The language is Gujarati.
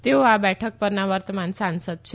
તેઓ આ બેઠક પરના વર્તમાન સાંસદ છે